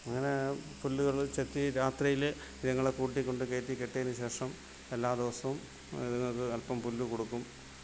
അങ്ങനെ പുല്ലുകൾ ചെത്തി രാത്രിയിൽ ഇതുങ്ങളെ കൂട്ടികൊണ്ട് കയറ്റി കെട്ടിയതിനു ശേഷം എല്ലാ ദിവസവും ഇതുങ്ങക്ക് അൽപം പുല്ല് കൊടുക്കും